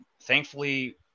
thankfully